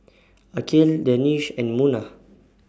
Aqil Danish and Munah